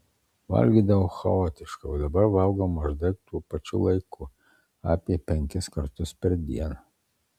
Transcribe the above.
valgydavau chaotiškai o dabar valgau maždaug tuo pačiu laiku apie penkis kartus per dieną